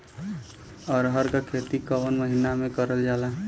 अरहर क खेती कवन महिना मे करल जाला?